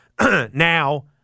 Now